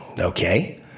okay